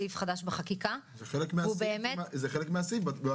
סעיף חדש בחקיקה --- זה חלק מהסעיף,